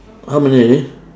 how many already